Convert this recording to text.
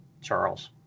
Charles